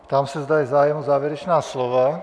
Ptám se, zda je zájem o závěrečná slova.